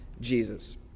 Jesus